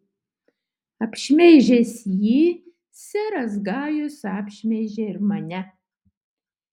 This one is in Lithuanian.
apšmeižęs jį seras gajus apšmeižė ir mane